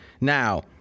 Now